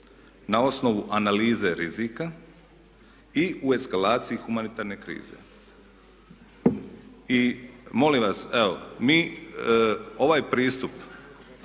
na osnovu analize rizika i u eskalaciji humanitarne krize. I molim vas, evo mi ovaj pristup